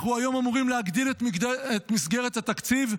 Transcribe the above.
אנחנו היום אמורים להגדיל את מסגרת התקציב,